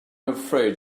afraid